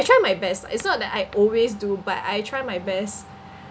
I try my best it's not that I always do but I try my best